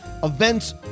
events